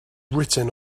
written